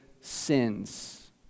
sins